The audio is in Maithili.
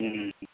हूँ